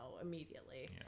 immediately